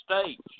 states